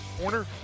Corner